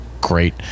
great